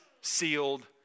sealed